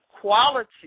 quality